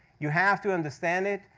you have to understand it.